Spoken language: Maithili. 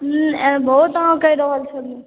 बहुत अहाँ कहि रहल छी